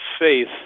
faith